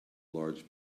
large